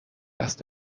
دست